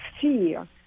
fear